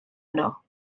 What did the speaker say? yno